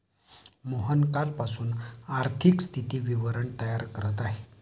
मोहन कालपासून आर्थिक स्थिती विवरण तयार करत आहे